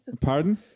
Pardon